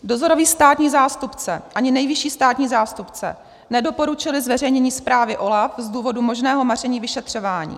Dozorový státní zástupce ani nejvyšší státní zástupce nedoporučili zveřejnění zprávy OLAF z důvodu možného maření vyšetřování.